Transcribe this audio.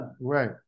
Right